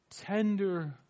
tender